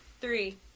Three